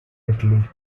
italy